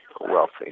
wealthy